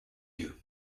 you